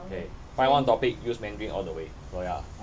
okay find one topic use mandarin all the way so ya